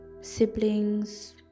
siblings